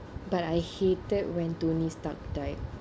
but I hated when tony stark died